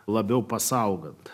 labiau pasaugoti